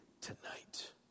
tonight